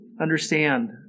understand